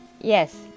Yes